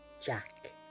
Jack